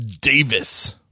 Davis